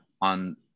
on